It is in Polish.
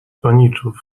paniczów